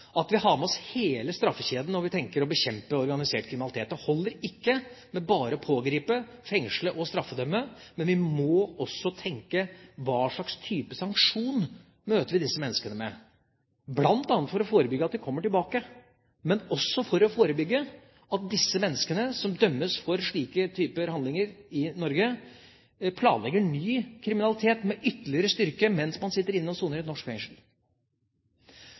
at vi har med oss hele straffekjeden når vi tenker å bekjempe organisert kriminalitet. Det holder ikke bare med å pågripe, fengsle og straffedømme. Vi må også tenke på hva slags sanksjon vi møter disse menneskene med, bl.a. for å forebygge at de kommer tilbake, men også for å forebygge at de menneskene som dømmes for slike handlinger i Norge, planlegger ny kriminalitet med ytterligere styrke mens man sitter inne og soner i et norsk fengsel.